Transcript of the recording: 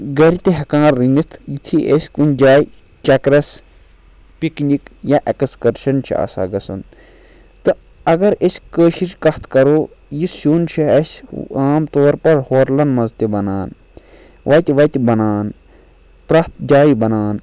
گَرِ تہِ ہٮ۪کان رٔنِتھ یتھُے أسۍ کُنہِ جایہِ چَکرَس پِکنِک یا ایکسکرشَن چھِ آسان گژھُن تہٕ اگر أسۍ کٲشِر کَتھ کَرو یہِ سیُن چھُ اَسہِ عام طور پَر ہوٹلَن منٛز تہِ بَنان وَتہِ وَتہِ بَنان پرٛٮ۪تھ جایہِ بَنان